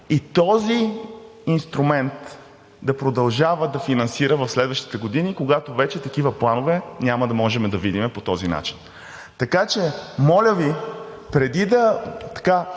и този инструмент да продължава да финансира в следващите години, когато вече такива планове няма да можем да видим по този начин. Така че, моля Ви, преди да